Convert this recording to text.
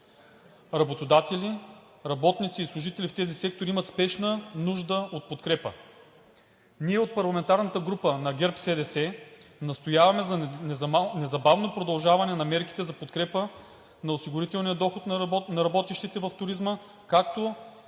Работодатели, работници и служители в тези сектори имат спешна нужда от подкрепа. Ние от парламентарната група на ГЕРБ-СДС настояваме за незабавно продължаване на мерките за подкрепа на осигурителния доход на работещите в туризма, както